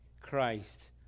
Christ